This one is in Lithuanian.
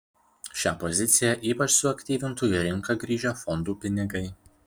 šią poziciją ypač suaktyvintų į rinką grįžę fondų pinigai